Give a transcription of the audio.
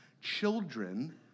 children